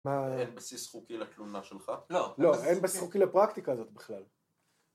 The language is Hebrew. אין בסיס חוקי לתלונה שלך? לא, אין בסיס חוקי לפרקטיקה הזאת בכלל.